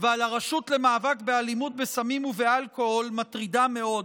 ועל הרשות למאבק באלימות בסמים ובאלכוהול מטרידה מאוד.